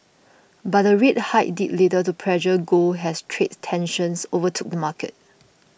but the rate hike did little to pressure gold has trade tensions overtook the market